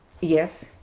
Yes